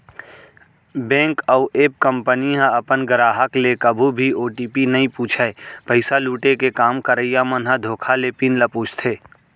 bank अउ app company ह अपन गराहक ले कभू भी ओ.टी.पी नइ पूछय, पइसा लुटे के काम करइया मन ह धोखा ले पिन ल पूछथे